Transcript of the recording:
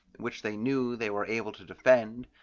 which they knew they were able to defend,